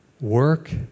work